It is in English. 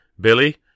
Billy